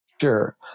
Sure